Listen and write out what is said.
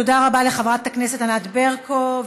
תודה רבה לחברת הכנסת ענק ברקו.